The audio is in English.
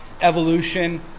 evolution